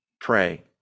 pray